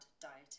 dieting